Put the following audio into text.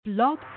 Blog